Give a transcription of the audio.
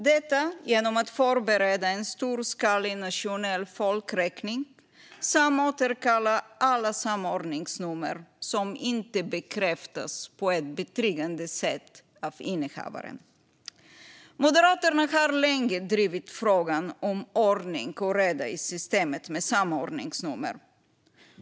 Detta ska ske genom att förbereda en storskalig nationell folkräkning samt återkalla alla samordningsnummer som inte bekräftas på ett betryggande sätt av innehavaren. Moderaterna har länge drivit frågan om ordning och reda i systemet med samordningsnummer.